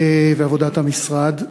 ועבודת המשרד.